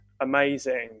amazing